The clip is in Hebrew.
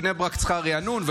בני ברק צריכה ריענון,